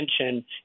attention